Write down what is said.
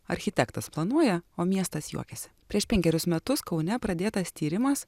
architektas planuoja o miestas juokiasi prieš penkerius metus kaune pradėtas tyrimas